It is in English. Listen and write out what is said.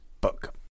book